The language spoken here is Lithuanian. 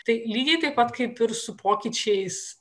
tai lygiai taip pat kaip ir su pokyčiais